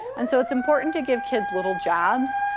and so it's important to give kids little jobs,